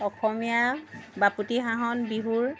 অসমীয়া বাপতি সাহোন বিহুৰ